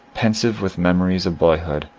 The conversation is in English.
pensive with memories of boyhood,